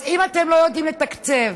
אז אם אתם לא יודעים לתקצב